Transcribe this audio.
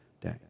day